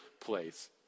place